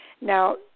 Now